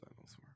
elsewhere